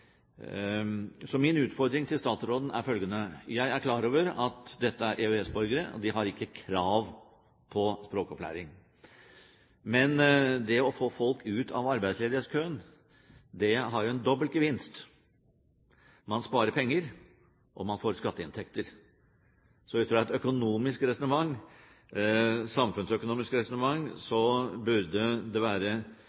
Så min utfordring til statsråden er følgende: Jeg er klar over at dette er EØS-borgere, og de har ikke krav på språkopplæring. Men det å få folk ut av arbeidsledighetskøen har jo en dobbelt gevinst. Man sparer penger, og man får skatteinntekter. Ut fra et samfunnsøkonomisk resonnement burde det